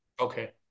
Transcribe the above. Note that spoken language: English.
okay